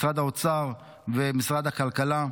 משרד האוצר ומשרד הכלכלה,